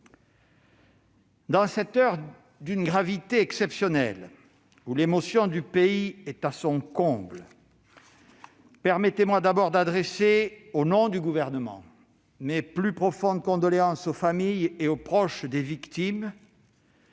Dans cette heure d'une gravité exceptionnelle où l'émotion du pays est à son comble, permettez-moi d'adresser, au nom du Gouvernement, mes plus profondes condoléances aux familles et aux proches des victimes.